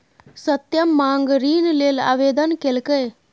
सत्यम माँग ऋण लेल आवेदन केलकै